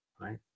right